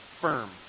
firm